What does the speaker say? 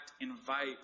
invite